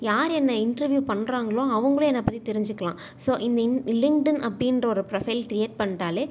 யார் என்னை இன்டெர்வ்யூ பண்றாங்களோ அவங்களும் என்னை பற்றி தெரிஞ்சுக்கலாம் ஸோ இந்த இன் லிங்க்ட்இன் அப்படின்ற ஒரு ப்ரொஃபைல் க்ரியேட் பண்ணிட்டாலே